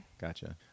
Gotcha